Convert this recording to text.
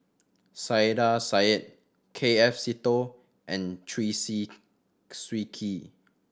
Saiedah Said K F Seetoh and Chew Swee Kee